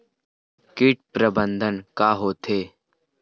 कीट प्रबंधन का होथे?